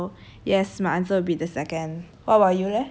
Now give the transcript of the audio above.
what's that one the horse-sized otter so